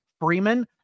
Freeman